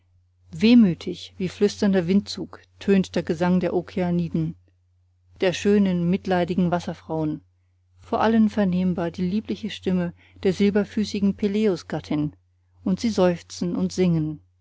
wehmütig wie flüsternder windzug tönt der gesang der okeaniden der schönen mitleidigen wasserfraun vor allen vernehmbar die liebliche stimme der silberfüßigen peleus gattin und sie seufzen und singen